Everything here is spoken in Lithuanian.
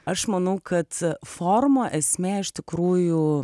aš manau kad formų esmė iš tikrųjų